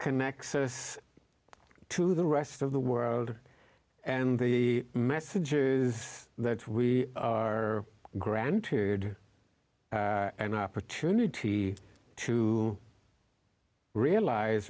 connects us to the rest of the world and the message is that we are granted an opportunity to realize